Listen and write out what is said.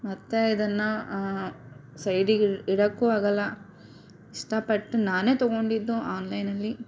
ಮತ್ತು ಇದನ್ನು ಸೈಡಿಗೆ ಇಡೋಕ್ಕೂ ಆಗೋಲ್ಲ ಇಷ್ಟಪಟ್ಟು ನಾನೆ ತೊಗೊಂಡಿದ್ದು ಆನ್ಲೈನಲ್ಲಿ